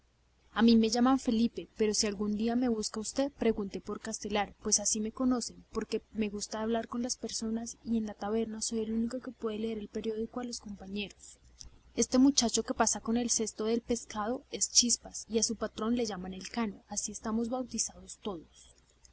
a mí me llaman felipe pero si algún día me busca usted pregunte por castelar pues así me conocen porque me gusta hablar con las personas y en la taberna soy el único que puede leer el periódico a los compañeros ese muchacho que pasa con el cesto de pescado es chispas a su patrón le llaman el cano y así estamos bautizados todos